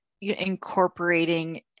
incorporating